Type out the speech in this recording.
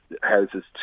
houses